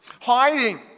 hiding